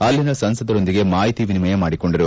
ಅಲ್ಲಿನ ಸಂಸದರೊಂದಿಗೆ ಮಾಹಿತಿ ವಿನಿಮಯ ಮಾಡಿಕೊಂಡರು